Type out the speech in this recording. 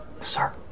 Sir